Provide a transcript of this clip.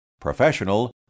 professional